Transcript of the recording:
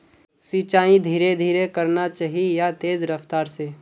सिंचाई धीरे धीरे करना चही या तेज रफ्तार से?